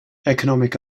economic